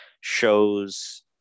shows